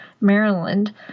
maryland